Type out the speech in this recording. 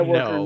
no